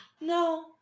no